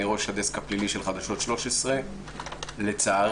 אני עורך של הדסק הפלילי של חדשות 13. לצערי,